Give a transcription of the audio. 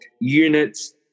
units